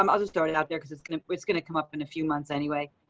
um i'll just started out there cuz it's gonna it's gonna come up in a few months. anyway,